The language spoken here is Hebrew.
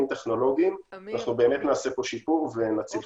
טכנולוגיים אנחנו באמת נעשה פה שיפור ונציל חיים.